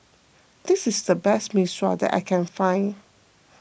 this is the best Mee Sua that I can find